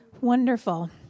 Wonderful